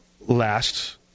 last